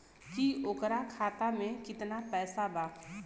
की ओकरा खाता मे कितना पैसा बा?